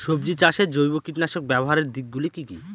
সবজি চাষে জৈব কীটনাশক ব্যাবহারের দিক গুলি কি কী?